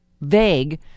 vague